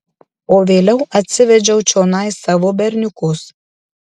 o vėliau atsivedžiau čionai savo berniukus